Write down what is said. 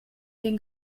den